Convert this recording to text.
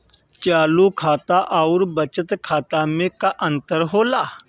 चालू खाता अउर बचत खाता मे का अंतर होला?